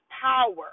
power